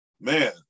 man